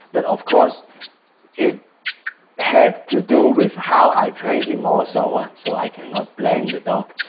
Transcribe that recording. but of course it had to do with how i trained him also, so ah so i cannot blame the dog